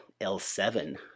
L7